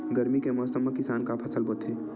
गरमी के मौसम मा किसान का फसल बोथे?